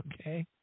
Okay